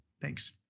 Thanks